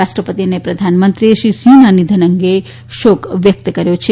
રાષ્ટ્રપતિ અને પ્રધાનમંત્રીએ શ્રી સિહના નિધન અંગે શોક વ્યકત કર્યો છે